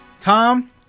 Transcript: Tom